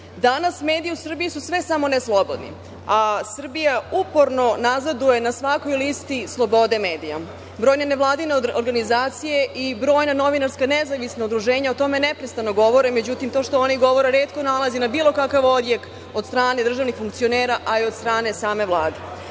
mediji u Srbiji su sve samo ne slobodni, a Srbija uporno nazaduje na svakoj listi slobode medija. Brojne nevladine organizacije i brojna novinarska nezavisna udruženja o tome neprestano govore. Međutim, to što oni govore retko nalazi na bilo kakav odjek od strane državnih funkcionera, a i od strane same